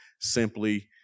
simply